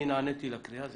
אני נעניתי לקריאה שלו.